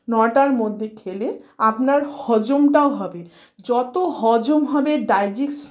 নটার মধ্যে খেলে আপনার হজমটাও হবে যত হজম হবে ডাইজেস্ট